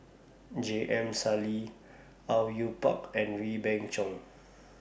J M Sali Au Yue Pak and Wee Beng Chong